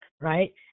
right